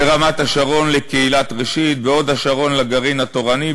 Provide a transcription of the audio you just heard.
ברמת-השרון: לקהילת "ראשית"; בהוד-השרון: לגרעין התורני,